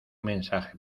mensaje